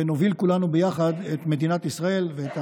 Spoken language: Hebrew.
ונוביל כולנו יחד את מדינת ישראל ואת